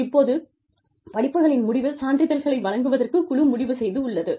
இப்போது படிப்புகளின் முடிவில் சான்றிதழ்களை வழங்குவதற்கு குழு முடிவு செய்துள்ளது